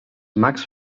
mags